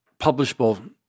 publishable